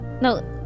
No